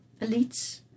elites